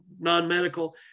non-medical